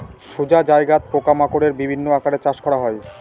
সোজা জায়গাত পোকা মাকড়ের বিভিন্ন আকারে চাষ করা হয়